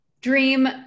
dream